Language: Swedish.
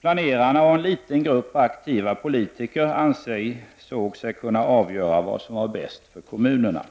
Planerarna och en liten grupp aktiva politiker ansåg sig kunna avgöra vad som var bäst för kommunerna.